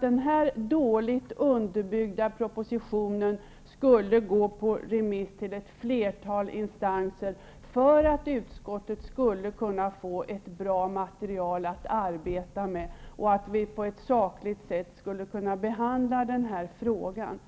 Den här dåligt underbyggda propositionen skulle gå på remiss till ett flertal instanser för att utskottet skulle kunna få ett bra material att arbeta med, så att vi på ett sakligt sätt skulle kunna behandla den här frågan.